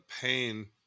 pain